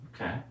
Okay